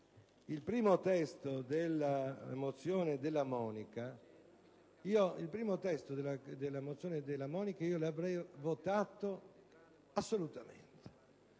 il primo testo della mozione Della Monica l'avrei votato, assolutamente,